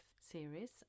series